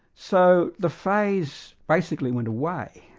so the phase basically went away,